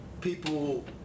people